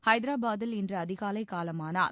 ஹைதராபாத்தில் இன்று அதிகாலை காலமானார்